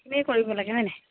সেনেকে কৰিব লাগে হয় নাই